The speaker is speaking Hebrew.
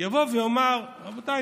יבוא ויאמר: רבותיי,